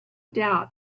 doubt